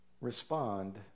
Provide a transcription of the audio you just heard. respond